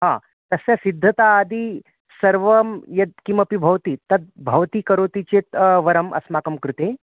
हा तस्य सिद्धतादिसर्वं यत् किमपि भवति तत् भवती करोति चेत् वरम् अस्माकं कृते